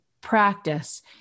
practice